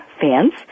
fans